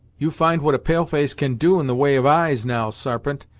you find what a pale-face can do in the way of eyes, now, sarpent,